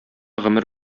гомер